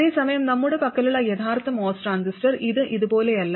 അതേസമയം നമ്മുടെ പക്കലുള്ള യഥാർത്ഥ MOS ട്രാൻസിസ്റ്റർ ഇത് ഇതുപോലെയല്ല